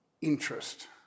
interest